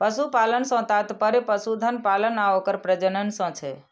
पशुपालन सं तात्पर्य पशुधन पालन आ ओकर प्रजनन सं छै